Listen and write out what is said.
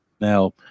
Now